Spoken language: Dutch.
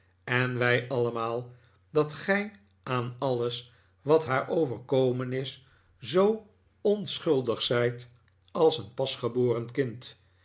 en wij allemaal dat gij aan alles wat haar overkomen is zoo onschuldig zijt als een pasgeboren kind